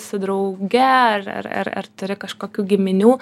su drauge ar ar ar turi kažkokių giminių